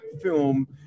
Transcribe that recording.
film